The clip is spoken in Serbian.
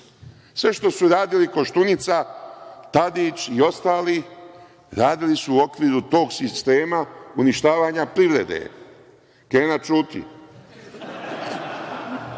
Sve što su radili Koštunica, Tadić i ostali, radili su u okviru tog sistema uništavanja privrede.(Radoslav